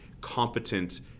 competent